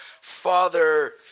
Father